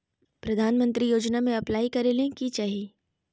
प्रधानमंत्री योजना में अप्लाई करें ले की चाही?